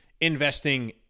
investing